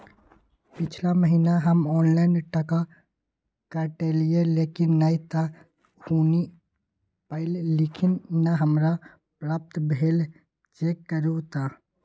पिछला महीना हम ऑनलाइन टका कटैलिये लेकिन नय त हुनी पैलखिन न हमरा प्राप्त भेल, चेक करू त?